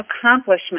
accomplishment